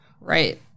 Right